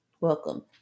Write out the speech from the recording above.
Welcome